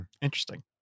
Interesting